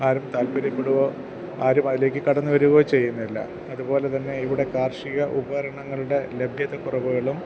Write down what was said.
ആരും താൽപര്യപ്പെടുകയോ ആരും അതിലേക്ക് കടന്നുവരുകയോ ചെയ്യുന്നില്ല അതുപോലെത്തന്നെ ഇവിടെ കാർഷിക ഉപകരണങ്ങളുടെ ലഭ്യതക്കുറവുകളും